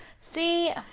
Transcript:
see